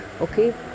okay